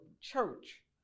church